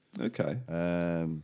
Okay